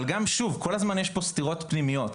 כל הזמן יש פה סתירות פנימיות,